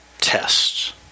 tests